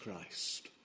Christ